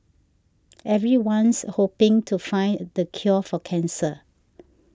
everyone's hoping to find the cure for cancer